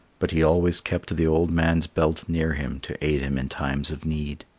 but he always kept the old man's belt near him to aid him in times of need.